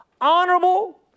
honorable